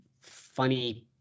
funny